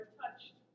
touched